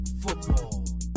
football